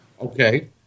Okay